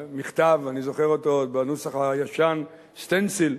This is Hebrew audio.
מכתב, אני זוכר אותו עוד בנוסח הישן, "סטנסיל",